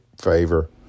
favor